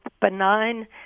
benign